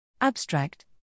ABSTRACT